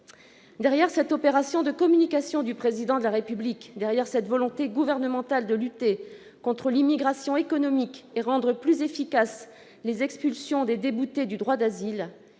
Derrière cette opération de communication du Président de la République, derrière cette volonté gouvernementale de lutter contre l'immigration économique et de rendre plus efficaces les expulsions des déboutés du droit d'asile,